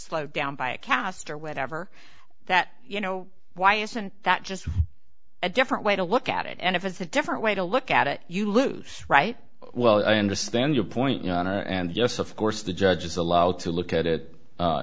slowed down by a cast or whatever that you know why isn't that just a different way to look at it and if it's a different way to look at it you lose right well i understand your point you know honor and yes of course the judge is allowed to look at it